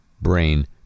brain